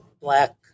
black